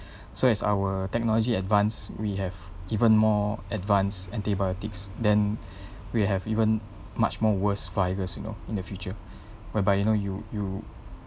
so as our technology advance we have even more advanced antibiotics then we have even much more worse virus you know in the future whereby you know you you